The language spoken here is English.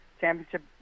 championship